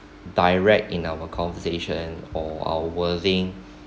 direct in our conversation or our worthing